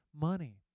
money